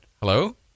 Hello